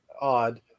Odd